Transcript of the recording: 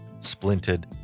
splinted